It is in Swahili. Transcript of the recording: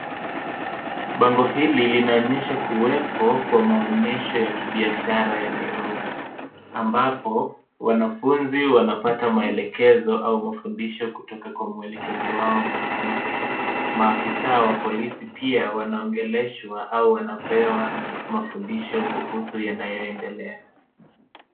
Bango hili linaonyesha kuwepo kwa maonyesho ya kibiashara ya Nairobi, ambapo wanafunzi wanapata maelekezo au mafundisho kutoka kwa mwelekezi wao mwanamke. Maafisa wa polisi pia wanaongeleshwa au wanapewa mafundisho kuhusu yanayoendelea.